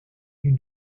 you